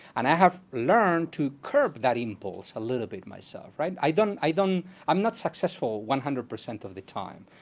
and i have learned to curb that impulse a little bit myself. i don't i don't i'm not successful one hundred percent of the time.